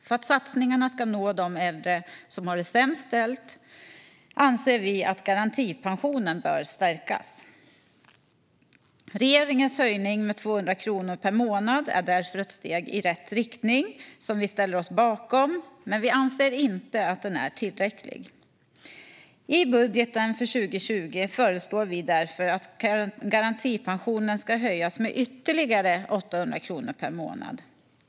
För att satsningarna ska nå de äldre som har det sämst ställt anser vi att garantipensionen bör stärkas. Regeringens höjning med 200 kronor per månad är därför ett steg i rätt riktning som vi ställer oss bakom, men vi anser inte att den är tillräcklig. I budgeten för 2020 föreslår vi därför att garantipensionen ska höjas med ytterligare 800 kronor per månad.